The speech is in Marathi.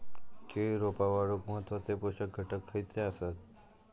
केळी रोपा वाढूक महत्वाचे पोषक घटक खयचे आसत?